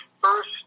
first